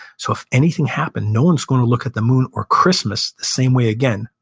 so if anything happened, no one's going to look at the moon or christmas the same way again.